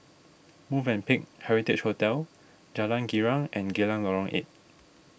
Movenpick Heritage Hotel Jalan Girang and Geylang Lorong eight